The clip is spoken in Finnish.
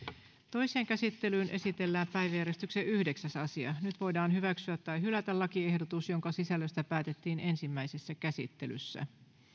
toiseen käsittelyyn esitellään päiväjärjestyksen yhdeksäs asia nyt voidaan hyväksyä tai hylätä lakiehdotus jonka sisällöstä päätettiin ensimmäisessä käsittelyssä